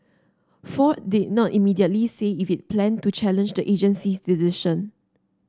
ford did not immediately say if it planned to challenge the agency's decision